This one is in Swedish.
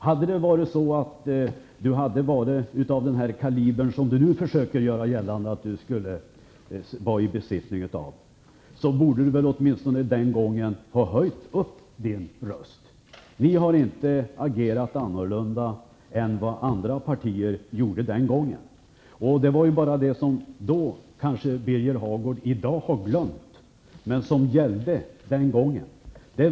Hade Birger Hagård varit av den kaliber som nu han nu försöker göra gällande att han är, borde han den gången ha höjt sin röst. Vi har inte agerat annorlunda än vad andra partier gjorde den gången. Birger Hagård verkar ha glömt vad som gällde då.